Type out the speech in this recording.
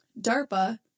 DARPA